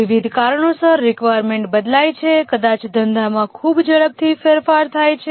વિવિધ કારણોસર રેકવાયર્મેન્ટ બદલાય છે કદાચ ધંધામાં ખૂબ ઝડપથી ફેરફાર થાય છે